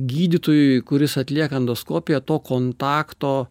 gydytojui kuris atlieka endoskopiją to kontakto